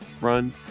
run